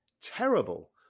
terrible